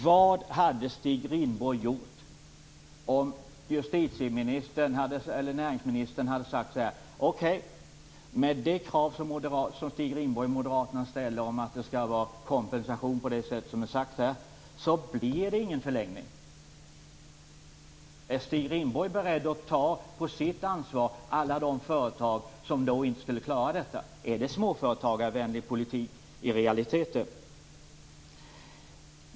Vad hade Stig Rindborg gjort om näringsministern hade sagt att det inte blir någon förlängning mot bakgrund av de krav på kompensation som Moderaterna har ställt? Är Stig Rindborg beredd att på sitt ansvar ta alla de företag som inte skulle klara sig? Är det småföretagarvänlig politik i realiteten?